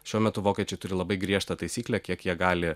šiuo metu vokiečiai turi labai griežtą taisyklę kiek jie gali